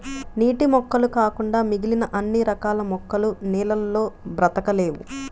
నీటి మొక్కలు కాకుండా మిగిలిన అన్ని రకాల మొక్కలు నీళ్ళల్లో బ్రతకలేవు